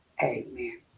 Amen